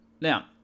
Now